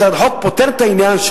הצעת החוק פותרת את העניין,